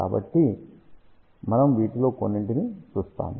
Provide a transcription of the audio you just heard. కాబట్టి మనం వీటిలో కొన్నింటిని చూస్తాము